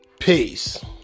Peace